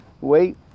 wait